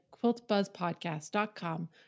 quiltbuzzpodcast.com